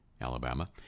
alabama